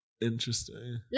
Interesting